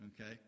Okay